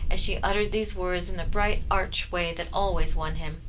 as she uttered these words in the bright, arch way that always won him.